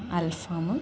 അൽഫാം